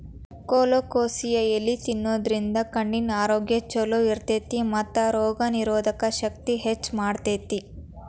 colocasia ಎಲಿನಾ ತಿನ್ನೋದ್ರಿಂದ ಕಣ್ಣಿನ ಆರೋಗ್ಯ್ ಚೊಲೋ ಇರ್ತೇತಿ ಮತ್ತ ರೋಗನಿರೋಧಕ ಶಕ್ತಿನ ಹೆಚ್ಚ್ ಮಾಡ್ತೆತಿ